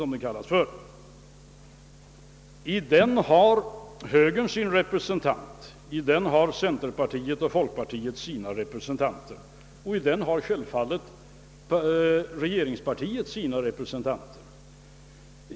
I den har moderata samlingspartiet sin representant, i den har centerpartiet och folkpartiet sina representanter och i den har självfallet regeringspartiet sina representanter.